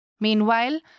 Meanwhile